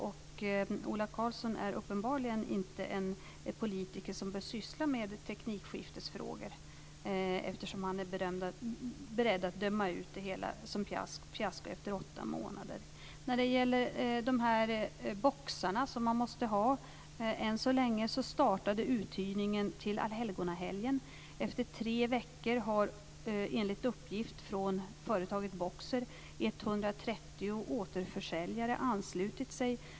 Ola Karlsson är uppenbarligen inte en politiker som bör syssla med teknikskiftesfrågor, eftersom han är beredd att döma ut det hela som fiasko efter åtta månader. När det gäller de boxar som man måste ha startade uthyrningen till allhelgonahelgen. Efter tre veckor har, enligt uppgift från företaget Boxer, 130 återförsäljare anslutit sig.